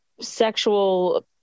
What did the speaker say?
sexual